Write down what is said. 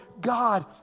God